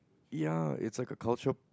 ya it's like a cultural